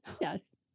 Yes